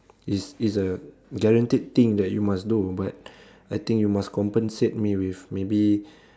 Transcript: is is a guaranteed thing that you must do but I think you must compensate me with maybe